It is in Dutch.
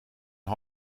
een